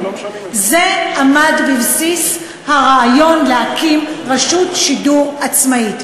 זה עמד בבסיס הרעיון להקים רשות שידור עצמאית.